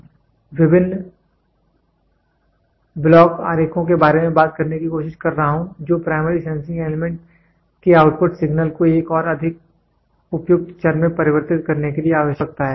मैं विभिन्न ब्लॉक आरेखों के बारे में बात करने की कोशिश कर रहा हूं जो प्राइमरी सेंसिंग एलिमेंट के आउटपुट सिग्नल को एक और अधिक उपयुक्त चर में परिवर्तित करने के लिए आवश्यक हो सकता है